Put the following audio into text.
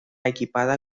equipada